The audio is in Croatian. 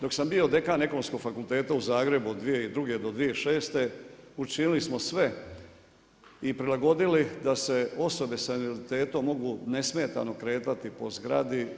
Dok sam bio dekan Ekonomskog fakulteta u Zagrebu od 2002. do 2006. učinili smo sve i prilagodili da se osobe sa invaliditetom mogu nesmetano kretati po zgradi.